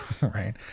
right